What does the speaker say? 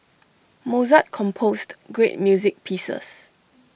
Mozart composed great music pieces